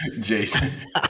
Jason